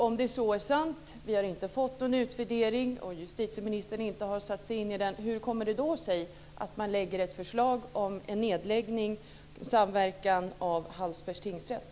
Om det är sant att vi inte har någon utvärdering och justitieministern inte har satt sig in i den undrar jag hur det kommer sig att man lägger fram ett förslag om en nedläggning och en samverkan när det gäller Hallsbergs tingsrätt.